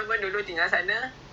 oh